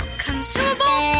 consumable